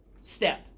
step